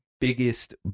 biggest